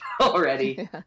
already